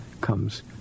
comes